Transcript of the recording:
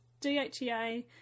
DHEA